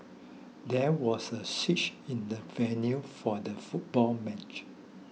there was a switch in the venue for the football match